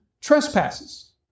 trespasses